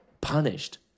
punished